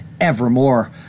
evermore